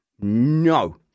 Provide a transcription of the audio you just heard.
no